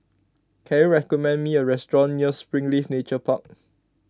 can you recommend me a restaurant near Springleaf Nature Park